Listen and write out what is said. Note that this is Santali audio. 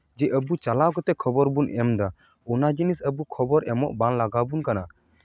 ᱡᱮ ᱟᱹᱵᱩ ᱪᱟᱞᱟᱣ ᱠᱟᱛᱮ ᱠᱷᱚᱵᱚᱨ ᱵᱚᱱ ᱮᱢᱫᱟ ᱚᱱᱟ ᱡᱤᱱᱤᱥ ᱟᱵᱚ ᱠᱷᱚᱵᱚᱨ ᱮᱢᱚᱜ ᱵᱟᱝ ᱞᱟᱜᱟᱣ ᱵᱚᱱ ᱠᱟᱱᱟ